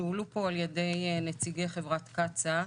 שהועלו פה על ידי נציגי חברת קצא"א,